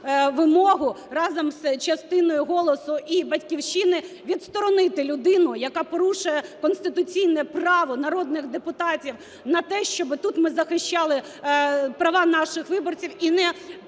вимогу разом з частиною "Голосу" і "Батьківщини" відсторонити людину, яка порушує конституційне право народних депутатів на те, щоб тут ми захищали права наших виборців, і не